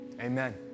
amen